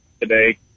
today